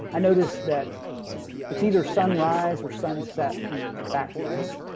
i noticed that it's either sunrise or sunset and background.